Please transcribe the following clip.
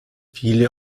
viele